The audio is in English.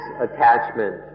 attachment